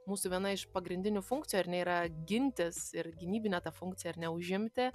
mūsų viena iš pagrindinių funkcijų ar ne yra gintis ir gynybinė ta funkcija ar ne užimti